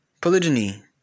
Polygyny